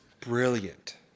brilliant